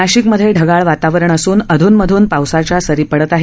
नाशिकमधे ढगाळ वातावरण असून अधून मधून पावसाच्या सरी पडत आहेत